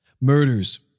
murders